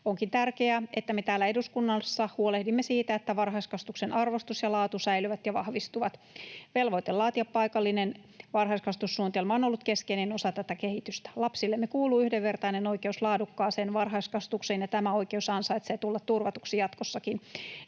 Onkin tärkeää, että me täällä eduskunnassa huolehdimme siitä, että varhaiskasvatuksen arvostus ja laatu säilyvät ja vahvistuvat. Velvoite laatia paikallinen varhaiskasvatussuunnitelma on ollut keskeinen osa tätä kehitystä. Lapsillemme kuuluu yhdenvertainen oikeus laadukkaaseen varhaiskasvatukseen, ja tämä oikeus ansaitsee tulla turvatuksi jatkossakin.